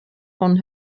von